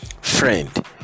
Friend